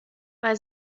bei